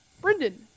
Brendan